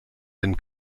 den